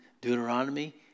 Deuteronomy